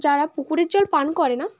যারা পুকুরের জল পান করে না